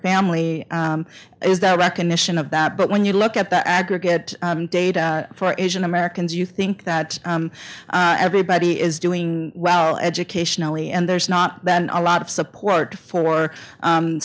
family is that a recognition of that but when you look at the aggregate data for asian americans you think that everybody is doing well educationally and there's not a lot of support for